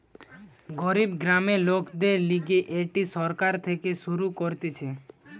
গরিব গ্রামের লোকদের লিগে এটি সরকার থেকে শুরু করতিছে